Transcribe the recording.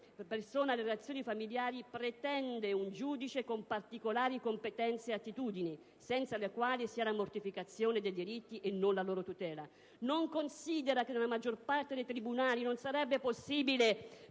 persona e le relazioni familiari pretende un giudice con particolari competenze e attitudini, senza le quali si ha la mortificazione dei diritti e non la loro tutela. Non considera che nella maggior parte dei tribunali non sarebbe possibile